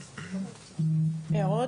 אין הערות,